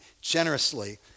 generously